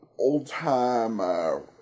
old-time